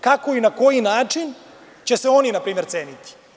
Kako i na koji način će se oni npr. ceniti?